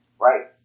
Right